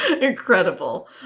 incredible